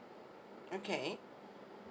okay